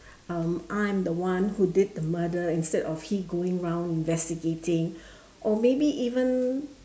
um I am the one who did the murder instead of he going around investigating or maybe even